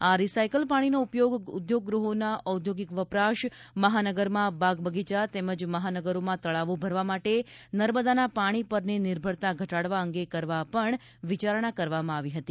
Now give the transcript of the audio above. આ રિસાયકલ પાણીનો ઉપયોગ ઉદ્યોગગ્રહોના ઔદ્યોગિક વપરાશ મહાનગરમાં બાગ બગીચા તેમજ મહાનગરોમાં તળાવો ભરવા માટે નર્મદાના પાણી પરની નિર્ભરતા ઘટાડવા અંગે કરવા પણ વિચારણા કરવામાં આવી હતી